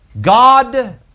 God